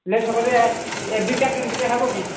late ହେବ ଯେ ଏ ଦୁଇ ଚାରି ଦିନ ଭିତରେ ହେବ କି